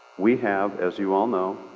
we have, as you all know,